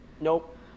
Nope